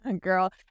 girl